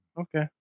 Okay